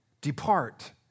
Depart